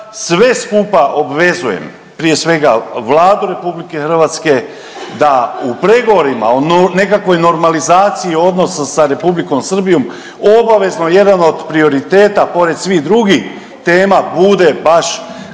sve skupa obvezuje, prije svega Vladu RH da u pregovorima o nekakvoj normalizaciji odnosa sa Republikom Srbijom obavezno jedan od prioriteta pored svih drugih tema bude baš